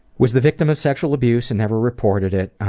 was the victim of sexual abuse and never reported it.